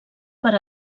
per